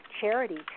charity